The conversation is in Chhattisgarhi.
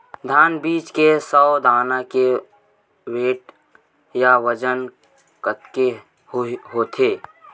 धान बीज के सौ दाना के वेट या बजन कतके होथे?